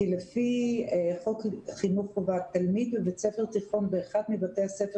כי לפי חוק חינוך חובה תלמיד בבית ספר תיכון באחד מבתי הספר